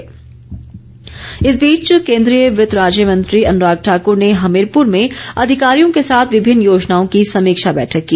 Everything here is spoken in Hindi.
अन्राग ठाकुर इस बीच केन्द्रीय वित्त राज्य मंत्री अनुराग ठाकूर ने हमीरपुर में अधिकारियों के साथ विभिन्न योजनाओं की समीक्षा बैठक की